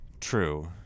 True